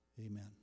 Amen